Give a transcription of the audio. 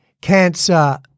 cancer